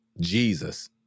Jesus